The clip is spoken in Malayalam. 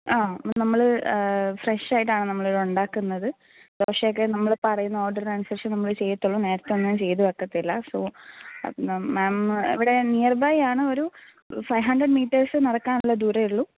ആ നമ്മൾ ഫ്രഷ് ആയിട്ടാണ് നമ്മൾ ഇവിടെ ഉണ്ടാക്കുന്നത് ദോശയൊക്കെ നമ്മൾ പറയുന്ന ഓർഡറിനനുസരിച്ചേ നമ്മൾ ചെയ്യുള്ളൂ നേരത്തെ ഒന്നും ചെയ്തുവയ്ക്കില്ല സോ മാം മാം ഇവിടെ നിയർബൈ ആണ് ഒരു ഫൈവ് ഹൺഡ്രഡ് മീറ്റേഴ്സ് നടക്കാനുള്ള ദൂരമേ ഉള്ളൂ